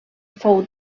fou